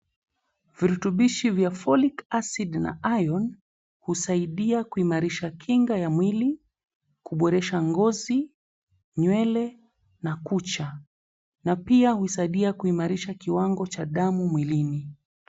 Virutubishi vya folic acid na i𝑟on , husaidia kuimarisha kinga ya mwili, kuboresha ngozi, nywele na kucha na pia husaidia kuimarisha kiwango cha damu mwilini.